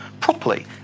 properly